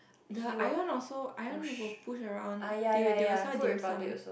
the Ion also Ion will push around they will they will sell dim sum